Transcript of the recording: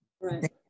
right